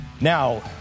now